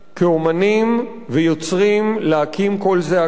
כאמנים וכיוצרים, להקים קול זעקה.